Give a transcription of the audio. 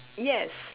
yes